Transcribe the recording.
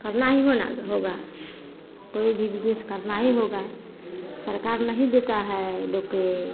करना ही होना होगा कोई भी बिजनिस करना ही होगा सरकार नहीं देता है ई लोग के